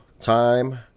Time